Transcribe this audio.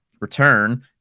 return